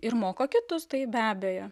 ir moko kitus taip be abejo